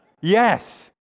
Yes